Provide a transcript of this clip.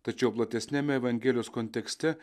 tačiau platesniame evangelijos kontekste